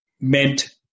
meant